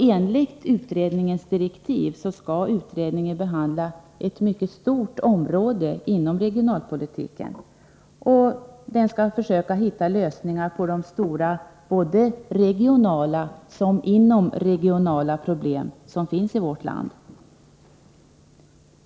Enligt utredningens direktiv skall utredningen behandla ett mycket stort område inom regionalpolitiken. Den skall försöka hitta lösningar på de stora både regionala och inomregionala problem som finns i vårt land.